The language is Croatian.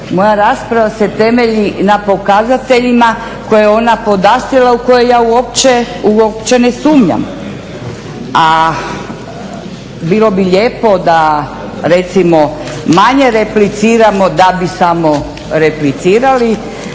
Moja rasprava se temelji na pokazateljima koje je ona podastrla u koje ja uopće ne sumnjam. A bilo bi lijepo da recimo manje repliciramo da bi samo replicirali,